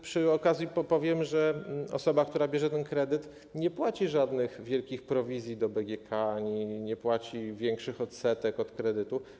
Przy okazji powiem, że osoba, która bierze ten kredyt, nie płaci żadnych wielkich prowizji do BGK ani większych odsetek od kredytu.